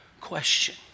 question